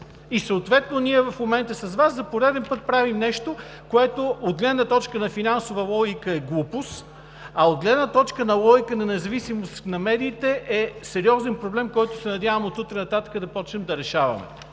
Съответно ние в момента с Вас за пореден път правим нещо, което от гледна точка на финансова логика е глупост, а от гледна точка на логика на независимост на медиите е сериозен проблем, който се надявам от утре нататък да започнем да решаваме,